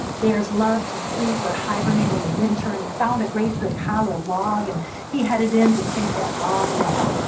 bears love to sleep or hibernate in winter. and he found a great big hollow log, and he headed in to take that long nap.